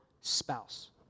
spouse